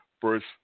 first